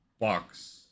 box